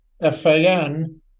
f-a-n